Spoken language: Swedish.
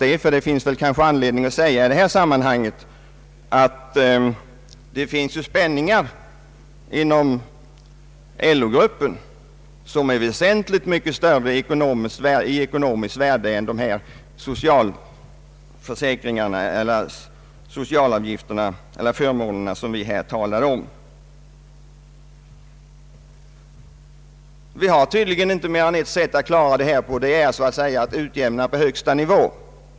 Det finns anledning att i detta sammanhang säga att det finns spänningar inom LO-grupperna som är väsentligt större i ekonomiskt värde än de sociala förmåner som vi här talar Om. Vi har tydligen inte mer än ett sätt att klara detta, och det är en utjämning på högsta nivå.